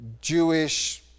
Jewish